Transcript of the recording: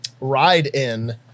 ride-in